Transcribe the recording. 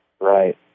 Right